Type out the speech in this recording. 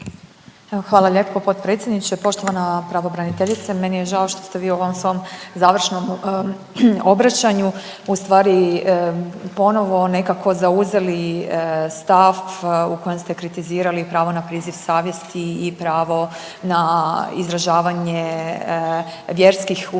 Hvala lijepo potpredsjedniče. Poštovana pravobraniteljice meni je žao što ste vi u ovom svom završnom obraćanju u stvari ponovo nekako zauzeli stav u kojem ste kritizirali pravo na priziv savjesti i pravo na izražavanje vjerskih uvjerenja